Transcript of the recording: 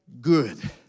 good